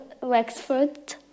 Wexford